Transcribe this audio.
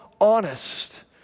honest